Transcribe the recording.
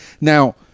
now